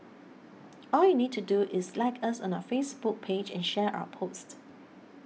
all you need to do is like us on our Facebook page and share our post